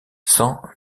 sans